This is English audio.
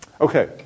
Okay